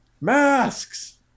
masks